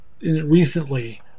recently